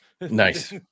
Nice